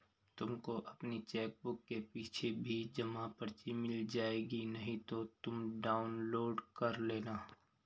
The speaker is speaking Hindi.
तुमको अपनी चेकबुक के पीछे भी जमा पर्ची मिल जाएगी नहीं तो तुम डाउनलोड कर लेना